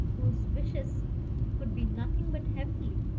whose wishes could be nothing but heavenly?